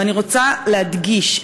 ואני רוצה להדגיש,